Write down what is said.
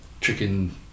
chicken